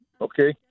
Okay